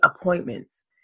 appointments